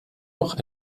noch